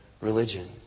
religion